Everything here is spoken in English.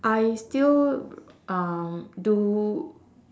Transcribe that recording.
I still um do